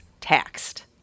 taxed